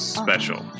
special